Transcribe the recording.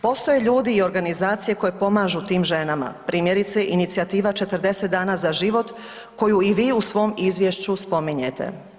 Postoje ljudi i organizacije koje pomažu tim ženama primjerice inicijativa 40 dana za život koju i vi u svom izvješću spominjete.